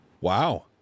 Wow